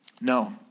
No